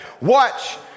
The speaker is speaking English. Watch